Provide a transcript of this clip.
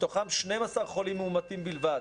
ומתוכם 12 מאומתים בלבד.